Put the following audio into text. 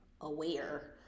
aware